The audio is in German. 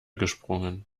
gesprungen